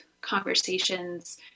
conversations